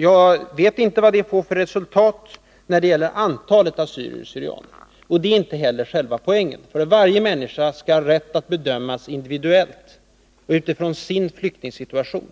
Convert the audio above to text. Jag vet inte vad det får för resultat när det gäller antalet assyrier och syrianer, och det är inte heller själva poängen. Varje människa skall ha rätt att bedömas individuellt och utifrån sin flyktingsituation.